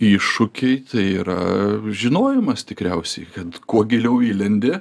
iššūkiai tai yra žinojimas tikriausiai kad kuo giliau įlendi